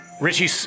Richie